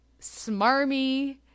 smarmy